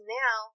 now